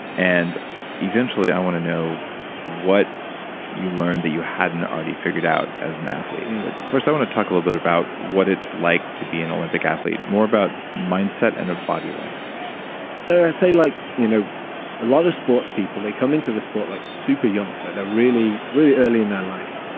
and eventually i want to know what you learned that you hadn't already figured out as an athlete. and but first i want to talk a little bit about what it's like to be an olympic athlete. more about mindset and of body awareness so, i say like, you know a lot of sports people, they come into this sport like super young. they're really, really early in their life.